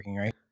right